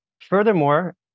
furthermore